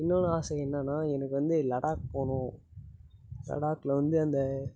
இன்னொன்று ஆசை என்னென்னால் எனக்கு வந்து லடாக் போகணும் லடாக்கில் வந்து அந்த